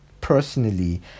personally